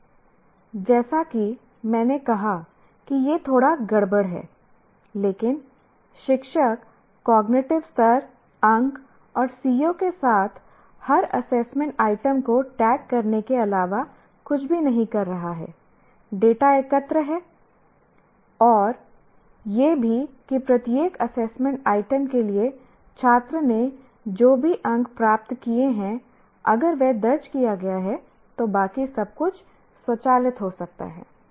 अब जैसा कि मैंने कहा कि यह थोड़ा गड़बड़ है लेकिन शिक्षक कॉग्निटिव स्तर अंक और CO के साथ हर एसेसमेंट आइटम को टैग करने के अलावा कुछ भी नहीं कर रहा है डेटा एकत्र करें और यह भी कि प्रत्येक एसेसमेंट आइटम के लिए छात्र ने जो भी अंक प्राप्त किए हैं अगर वह दर्ज किया गया है तो बाकी सब कुछ स्वचालित हो सकता है